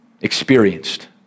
Experienced